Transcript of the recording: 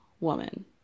woman